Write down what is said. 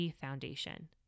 Foundation